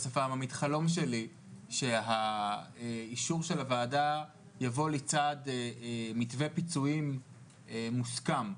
שהחלום שלי הוא שהאישור של הוועדה יבוא לצד מתווה פיצויים מוסכם.